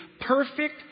perfect